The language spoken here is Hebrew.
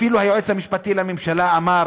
אפילו היועץ המשפטי לממשלה אמר: